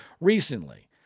recently